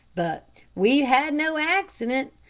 but we've had no accident.